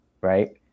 right